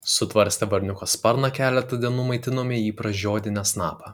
sutvarstę varniuko sparną keletą dienų maitinome jį pražiodinę snapą